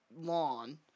lawn